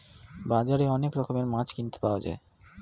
বাজারে অনেক রকমের মাছ কিনতে পাওয়া যায়